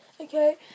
okay